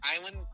island